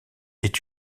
est